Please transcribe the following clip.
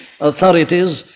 authorities